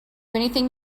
anything